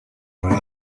rhoi